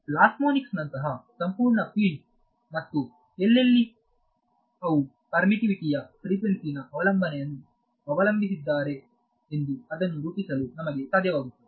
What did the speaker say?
ಪ್ಲಾಸ್ಮೋನಿಕ್ಸ್ನಂತಹ ಸಂಪೂರ್ಣ ಫೀಲ್ಡ್ ಮತ್ತು ಎಲ್ಲೆಲ್ಲಿ ಅವರು ಪರ್ಮಿತ್ತಿವಿಟಿ ಯ ಫ್ರಿಕ್ವೆನ್ಸಿ ನ ಅವಲಂಬನೆಯನ್ನು ಅವಲಂಬಿಸಿದ್ದಾರೆಂದರೆ ಅದನ್ನು ರೂಪಿಸಲು ನಮಗೆ ಸಾಧ್ಯವಾಗುತ್ತದೆ